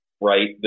right